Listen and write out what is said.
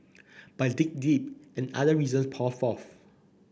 but dig deep and other reasons pour forth